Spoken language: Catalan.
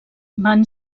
van